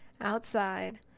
outside